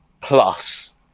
plus